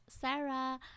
Sarah